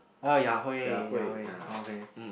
oh Ya-Hui Ya-Hui oh okay